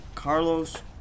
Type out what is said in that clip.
Carlos